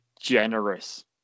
generous